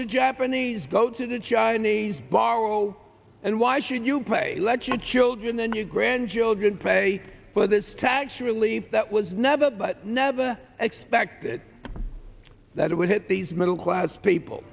the japanese go to the chinese borrow and why should you pray let your children and your grandchildren parry for this tax relief that was never but never expected that it would hit the these middle class people